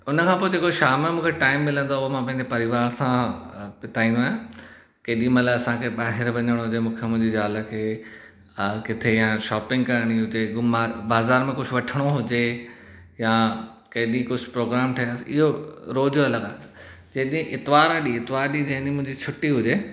उन खां पोइ जेको शाम जो मूंखे टाइम मिलंदो आहे उहो मां पंहिंजे परिवार सां बिताईंदो आहियां केॾी महिल असां खे ॿाहिर वञणो हुजे मूंखे मुंहिंजी ज़ाल खे अ किथे या शॉपिंग करणी हुजे घुमां बाज़ारु मां कुझु वठणो हुजे या केॾी कुछ प्रोग्राम ठयसि इहो रोज़ जो अलॻि जंहिं जे इतवार ॾींहुं इतवार ॾींहं जहिं ॾीहुं मुंहिजी छुटी हुजे